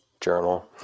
Journal